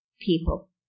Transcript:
people